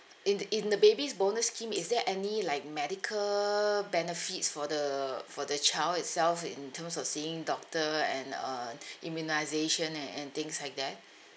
in th~ in the baby's bonus scheme is there any like medical benefits for the for the child itself in terms of seeing doctor and uh immunisation and and things like that